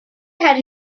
had